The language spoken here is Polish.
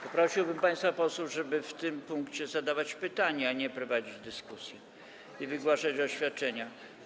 Poprosiłbym państwa posłów, żeby w tym punkcie zadawać pytania, a nie prowadzić dyskusję i wygłaszać oświadczenia.